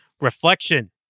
reflection